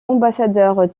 ambassadeur